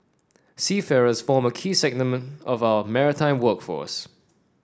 seafarers form a key segment of our maritime workforce